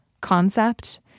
concept